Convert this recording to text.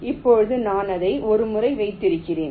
இப்போது நான் அதை ஒரு முறை வைத்திருக்கிறேன்